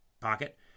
pocket